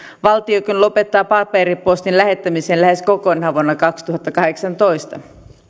valtiokin lopettaa paperipostin lähettämisen lähes kokonaan vuonna kaksituhattakahdeksantoista